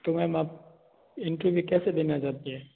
तो मैम आप इंटरव्यू कैसे देना चाहती है